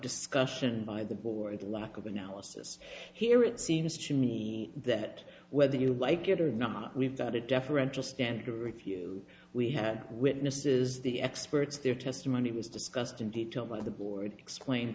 discussion by the board the lack of analysis here it seems to me that whether you like it or not we've got a deferential standard of review we had witnesses the experts their testimony was discussed in detail by the board explained